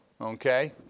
okay